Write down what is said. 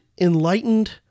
enlightened